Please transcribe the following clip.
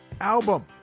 album